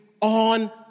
on